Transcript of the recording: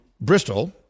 Bristol